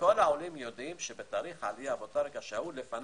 וכל העולים יודעים שתאריך העלייה הוא שקובע.